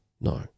No